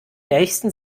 nächsten